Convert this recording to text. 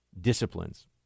disciplines